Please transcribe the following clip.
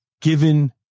given